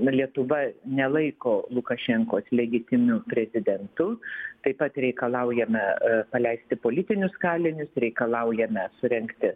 lietuva nelaiko lukašenkos legitimiu prezidentu taip pat reikalaujame paleisti politinius kalinius reikalaujame surengti